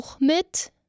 mit